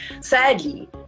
sadly